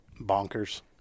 bonkers